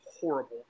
horrible